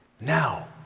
Now